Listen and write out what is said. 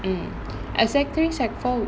mm exactly secondary four